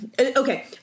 Okay